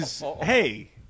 hey